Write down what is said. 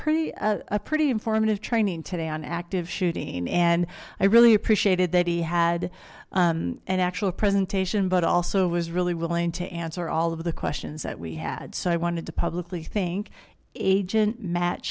pretty a pretty informative training today on active shooting and i really appreciated that he had an actual presentation but also was really willing to answer all of the questions that we had so i wanted to publicly think agent mat